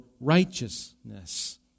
righteousness